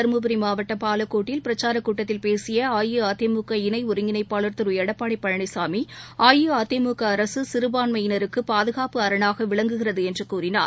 தருமபுரி மாவட்டம் பாலக்கோட்டில் பிரச்சாரக் கூட்டத்தில் பேசிய அஇஅதிமுக இணை ஒருங்கிணைப்பாளர் திரு எடப்பாடி பழனிசாமி அஇஅதிமுக அரக சிறபான்மையினருக்கு பாதகாப்பு அரணாக விளங்குகிறது என்று கூறினார்